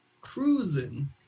cruising